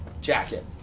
jacket